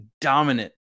dominant